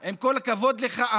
עם כל הכבוד לך,